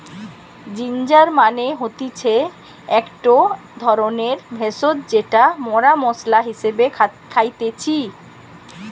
ginger মানে হতিছে একটো ধরণের ভেষজ যেটা মরা মশলা হিসেবে খাইতেছি